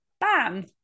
bam